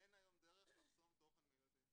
אין היום דרך לחסום תוכן מילדים.